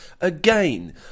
again